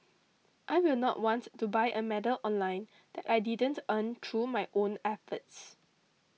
I will not want to buy a medal online that I didn't earn through my own efforts